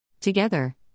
Together